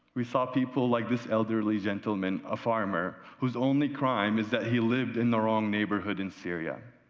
we saw people like this elderly gentleman, a farmer whose only crime is that he lived in the wrong neighborhood in syria.